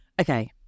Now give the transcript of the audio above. Okay